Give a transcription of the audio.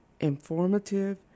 informative